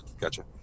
Gotcha